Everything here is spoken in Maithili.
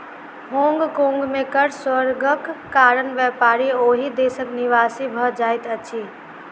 होंग कोंग में कर स्वर्गक कारण व्यापारी ओहि देशक निवासी भ जाइत अछिं